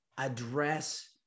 address